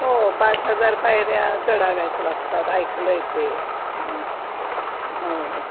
हो पाच हजार पायऱ्या चढाव्याच लागतात ऐकलं आहे ते हो हो